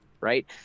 Right